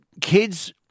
kids